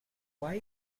why